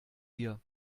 hier